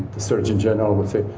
the surgeon general will say,